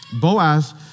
Boaz